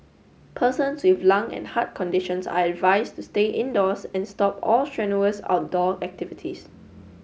persons with lung and heart conditions are advised to stay indoors and stop all strenuous outdoor activities